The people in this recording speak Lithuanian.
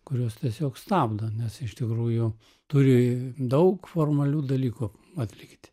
kurios tiesiog stabdo nes iš tikrųjų turi daug formalių dalykų atlikti